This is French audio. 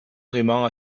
vraiment